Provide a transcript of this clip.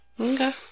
Okay